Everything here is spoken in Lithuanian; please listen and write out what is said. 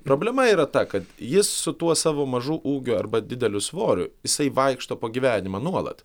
problema yra ta kad jis su tuo savo mažu ūgiu arba dideliu svoriu jisai vaikšto po gyvenimą nuolat